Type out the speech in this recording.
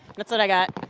that's all i got.